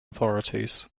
authorities